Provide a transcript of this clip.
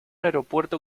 aeropuerto